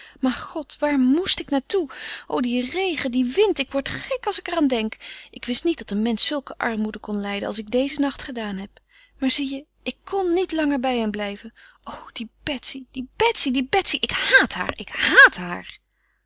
maar god waar moest ik naar toe o die regen die wind ik word gek als ik er aan denk ik wist niet dat een mensch zulke armoede kon lijden als ik dezen nacht gedaan heb maar zie je ik kon niet langer bij hen blijven o die betsy die betsy die betsy ik haat haar ik haat haar